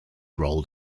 rolled